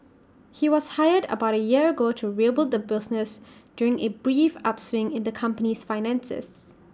he was hired about A year ago to rebuild the business during A brief upswing in the company's finances